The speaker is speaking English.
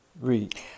Read